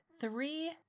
three